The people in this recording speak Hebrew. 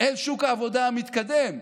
אל שוק העבודה המתקדם.